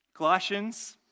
Colossians